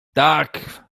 tak